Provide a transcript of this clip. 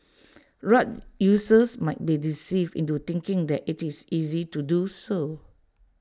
rug users might be deceived into thinking that IT is easy to do so